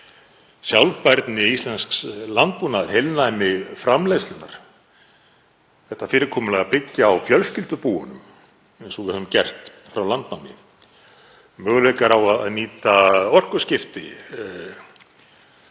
sjálfbærni íslensks landbúnaðar, heilnæmi framleiðslunnar, það fyrirkomulag að byggja á fjölskyldubúum eins og við höfum gert frá landnámi, möguleikar á að nýta orkuskipti,